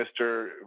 Mr